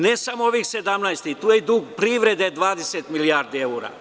I ne samo ovih 17, tu je i dug privrede 20 milijardi evra.